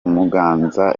muganza